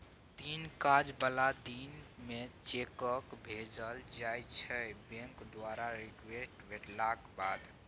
तीन काज बला दिन मे चेककेँ भेजल जाइ छै बैंक द्वारा रिक्वेस्ट भेटलाक बाद